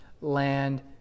land